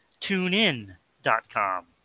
tunein.com